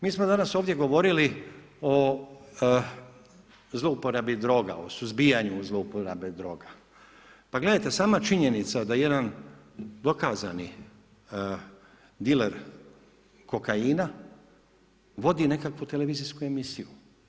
Mi smo danas ovdje govorili o zlouporabi droga, o suzbijanju zlouporabe doga, pa gledajte sama činjenica da jedan dokazani diler kokaina vodi nekakvu televizijsku emisiju.